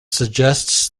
suggests